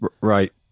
Right